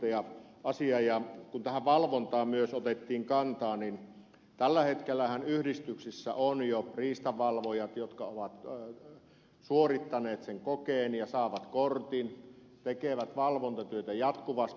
ja kun tähän valvontaan otettiin myös kantaa niin tällä hetkellähän yhdistyksissä on jo riistanvalvojat jotka ovat suorittaneet kokeen ja saaneet kortin tekevät valvontatyötä jatkuvasti